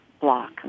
block